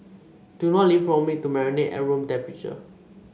do not leave raw meat to marinate at room temperature